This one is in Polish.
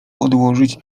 odłożyć